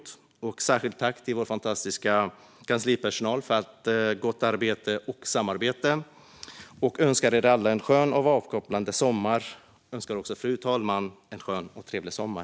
Jag vill rikta ett särskilt tack till vår fantastiska kanslipersonal för allt gott arbete och samarbete. Jag önskar er alla en skön och avkopplande sommar. Jag önskar också fru talmannen en skön och trevlig sommar.